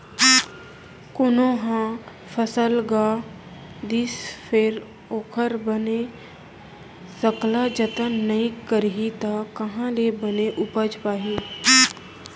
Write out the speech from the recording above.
कोनो ह फसल गा दिस फेर ओखर बने सकला जतन नइ करही त काँहा ले बने उपज पाही